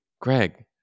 Greg